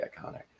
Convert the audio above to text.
iconic